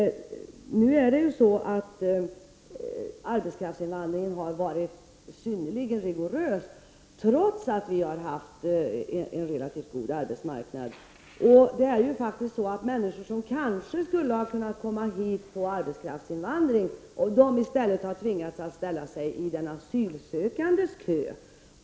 Arbetskraftsinvandringen har varit synnerligen rigoröst reglerad, trots den relativt goda arbetsmarknaden. Människor som skulle ha kunnat komma hit som invandrande arbetskraft har i stället tvingats att ställa sig i de asylsökandes kö.